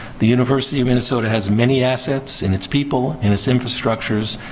the university of minnesota has many assets in its people, in its infrastructures.